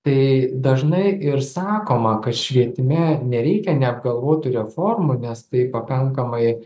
tai dažnai ir sakoma kad švietime nereikia neapgalvotų reformų nes tai pakankamai